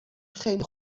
خیلی